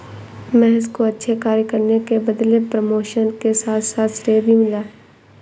महेश को अच्छे कार्य करने के बदले प्रमोशन के साथ साथ श्रेय भी मिला